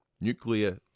nuclear